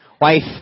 Wife